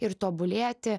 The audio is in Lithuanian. ir tobulėti